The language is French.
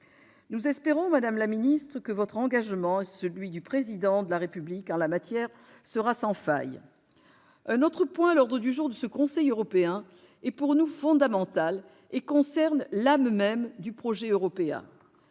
nous espérons que votre engagement et celui du Président de la République en la matière seront sans faille. Un autre point à l'ordre du jour de ce Conseil européen est pour nous fondamental et concerne l'âme même du projet européen.